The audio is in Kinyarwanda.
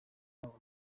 buzira